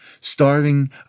Starving